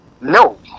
No